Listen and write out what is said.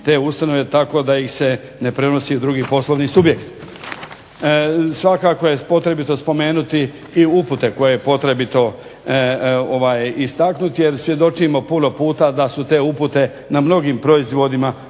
te ustanove, tako da ih se ne prenosi drugi poslovni subjekt. Svakako je potrebito spomenuti i upute koje je potrebito istaknuti, jer svjedočimo puno puta da su te upute na mnogim proizvodima